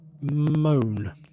moan